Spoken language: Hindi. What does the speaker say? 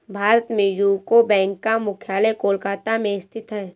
भारत में यूको बैंक का मुख्यालय कोलकाता में स्थित है